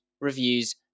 reviews